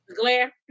Glare